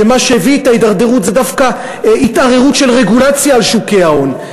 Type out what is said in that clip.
שמה שהביא את ההידרדרות זה דווקא התערערות של רגולציה על שוקי ההון.